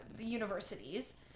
Universities